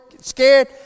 scared